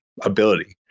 ability